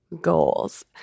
goals